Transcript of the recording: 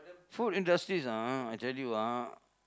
food industries ah I tell you ah